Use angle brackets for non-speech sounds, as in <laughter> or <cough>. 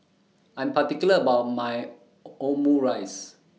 I Am particular about My <hesitation> Omurice